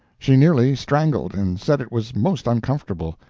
she nearly strangled, and said it was most uncomfortable.